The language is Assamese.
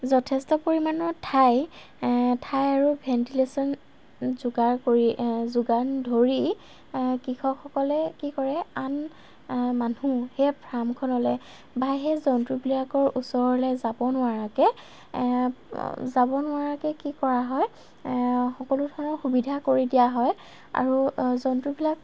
যথেষ্ট পৰিমাণৰ ঠাই ঠাই আৰু ভেণ্টিলেচন যোগাৰ কৰি যোগান ধৰি কৃষকসকলে কি কৰে আন মানুহ সেই ফাৰ্মখনলৈ বা সেই জন্তুবিলাকৰ ওচৰলৈ যাব নোৱাৰাকৈ যাব নোৱাৰাকৈ কি কৰা হয় সকলো ধৰণৰ সুবিধা কৰি দিয়া হয় আৰু জন্তুবিলাক